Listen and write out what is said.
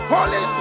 Holy